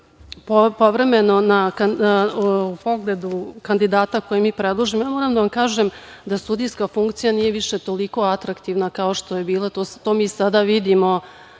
povremeno, u pogledu kandidata koje mi predložimo, ja moram da vam kažem da sudijska funkcija nije više toliko atraktivna kao što je bila. To mi sada vidimo